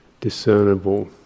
discernible